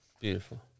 Beautiful